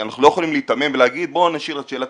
אנחנו לא יכולים להיתמם ולהגיד בוא נשאיר את שאלת